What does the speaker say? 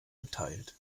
geteilt